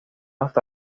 hasta